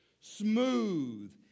smooth